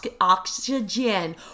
oxygen